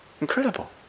Incredible